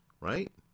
right